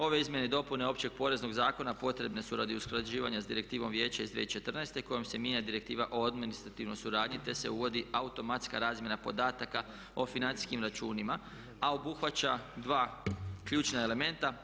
Ove izmjene i dopune Općeg poreznog zakona potrebne su radi usklađivanja sa Direktivom Vijeća iz 2014. kojom se mijenja Direktiva o administrativnoj suradnji, te se uvodi automatska razmjena podataka o financijskim računima, a obuhvaća dva ključna elementa.